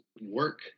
work